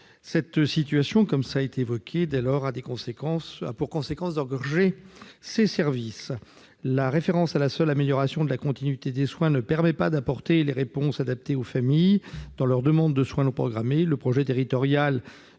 être prises en charge, ce qui a pour conséquence d'engorger ces services. La référence à la seule amélioration de la continuité des soins ne permet pas d'apporter les réponses adaptées aux familles en matière de soins non programmés. Le projet territorial